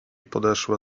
podeszła